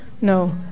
No